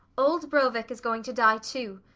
old brovik is going to die too.